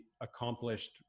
accomplished